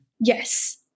Yes